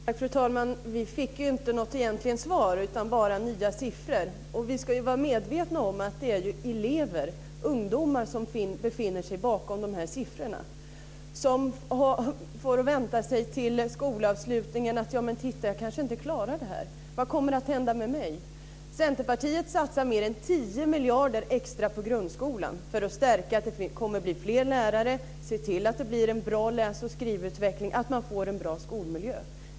Fru talman! Vi fick egentligen inget svar utan bara nya siffror. Vi ska vara medvetna om att det är elever - ungdomar - som befinner sig bakom dessa siffror och som får vänta till skolavslutningen med att se om de klarar det. De undrar vad som kommer att hända med dem. Centerpartiet satsar mer än 10 miljarder extra på grundskolan för att se till att det blir fler lärare och en bra läs och skrivutveckling och att man får en bra skolmiljö.